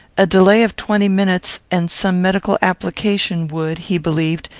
a delay of twenty minutes, and some medical application, would, he believed,